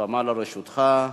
הבמה לרשותך.